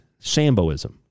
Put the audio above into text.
Samboism